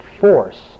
force